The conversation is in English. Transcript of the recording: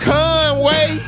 Conway